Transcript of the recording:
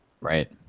right